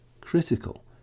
critical